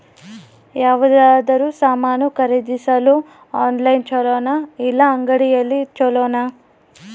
ಯಾವುದಾದರೂ ಸಾಮಾನು ಖರೇದಿಸಲು ಆನ್ಲೈನ್ ಛೊಲೊನಾ ಇಲ್ಲ ಅಂಗಡಿಯಲ್ಲಿ ಛೊಲೊನಾ?